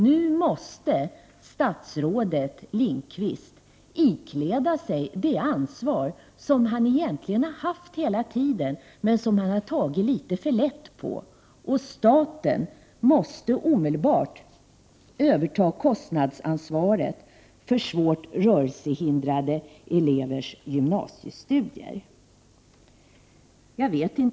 Nu måste statsrådet Lindqvist ikläda sig det ansvar som han egentligen har haft hela tiden men som han har tagit litet för lätt på. Staten måste omedelbart överta kostnadsansvaret för svårt rörelsehindrade elevers gymnasiestudier. Fru talman!